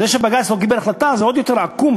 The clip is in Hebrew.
זה שבג"ץ לא קיבל החלטה זה עוד יותר עקום,